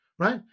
Right